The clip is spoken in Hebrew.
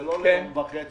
זה לא ליום וחצי,